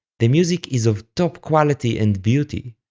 the music is of top quality and beauty.